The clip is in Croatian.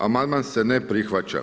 Amandman se ne prihvaća.